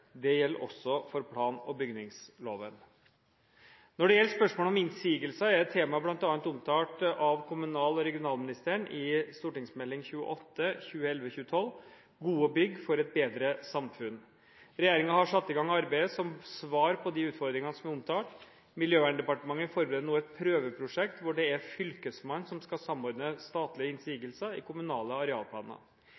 Det gjelder også for plan- og bygningsloven. Når det gjelder spørsmålet om innsigelser, er temaet bl.a. omtalt av kommunal- og regionalministeren i Meld. St. 28 for 2011–2012 Gode bygg for eit betre samfunn. Regjeringen har satt i gang arbeidet som svar på de utfordringene som er omtalt. Miljøverndepartementet forbereder nå et prøveprosjekt hvor det er Fylkesmannen som skal samordne statlige